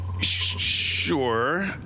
Sure